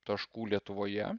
taškų lietuvoje